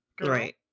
Right